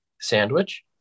sandwich